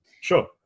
Sure